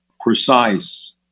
precise